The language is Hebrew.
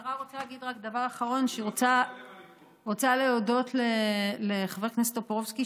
השרה רוצה להגיד רק דבר אחרון: שהיא רוצה להודות לחבר הכנסת טופורובסקי,